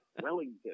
Wellington